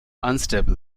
unstable